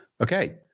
Okay